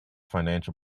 financial